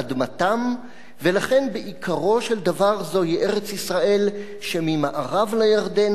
ולכן בעיקרו של דבר זוהי ארץ-ישראל שממערב לירדן וממזרח לו,